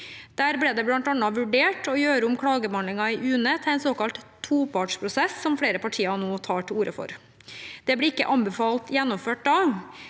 Der ble det bl.a. vurdert å gjøre om klagebehandlingen i UNE til en såkalt topartsprosess, som flere partier nå tar til orde for. Det ble ikke anbefalt gjennomført da.